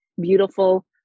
beautiful